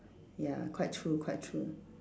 ya quite true quite true